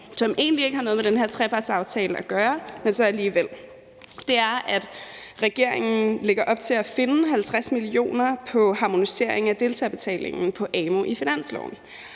som egentlig ikke har noget med den her trepartsaftale at gøre, og så alligevel, er det, at regeringen lægger op til at finde 50 mio. kr. på harmonisering af deltagerbetalingen på amu i finansloven.